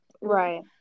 right